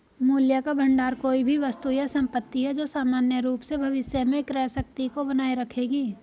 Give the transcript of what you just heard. मूल्य का भंडार कोई भी वस्तु या संपत्ति है जो सामान्य रूप से भविष्य में क्रय शक्ति को बनाए रखेगी